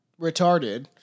retarded